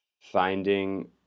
finding